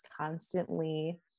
constantly